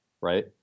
right